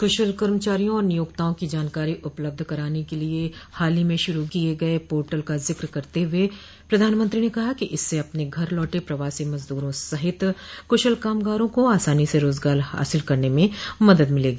कुशल कर्मचारियों और नियोक्ताओं की जानकारी उपलब्ध कराने के लिए हाल ही में शुरू किए गए पोर्टल का जिक्र करते हुए प्रधानमंत्री ने कहा कि इससे अपने घर लौटे प्रवासी मजदूरों सहित कुशल कामगारों को आसानी से रोजगार हासिल करने में मदद मिलेगी